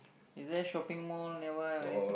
is there shopping mall that one or anything